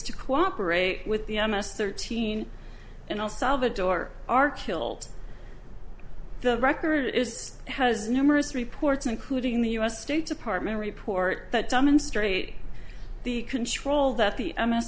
to cooperate with the m s thirteen and all salvador are killed the record is has numerous reports including the us state department report that demonstrate the control that the